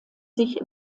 sich